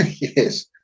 yes